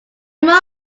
must